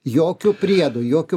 jokių priedų jokių